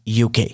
UK